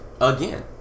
Again